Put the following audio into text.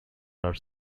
are